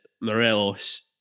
Morelos